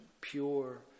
Pure